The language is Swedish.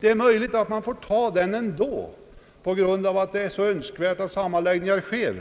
Det är möjligt att vi måste finna oss i detta ändå på grund av att det är så önskvärt att sammanläggningar sker,